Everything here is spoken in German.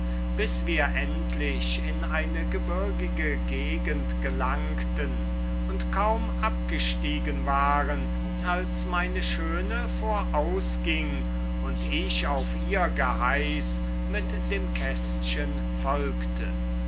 bis wir endlich in eine gebirgige gegend gelangten und kaum abgestiegen waren als meine schöne vorausging und ich auf ihr geheiß mit dem kästchen folgte